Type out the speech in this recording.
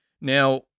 Now